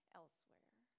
elsewhere